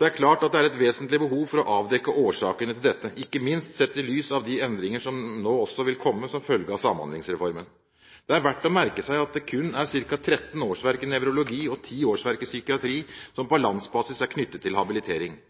Det er klart at det er et vesentlig behov for å avdekke årsakene til dette, ikke minst sett i lys av de endringene som nå også vil komme som følge av Samhandlingsreformen. Det er verdt å merke seg at det kun er ca. 13 årsverk i nevrologi og 10 årsverk i psykiatri som på landsbasis er knyttet til habilitering.